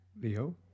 Leo